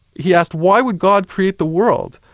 he asked, why would god create the world?